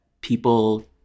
people